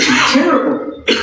Terrible